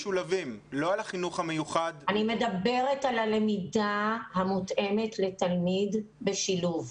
אני מדברת על הלמידה המותאמת לתלמיד בשילוב.